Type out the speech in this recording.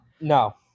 no